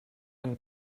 and